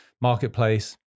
marketplace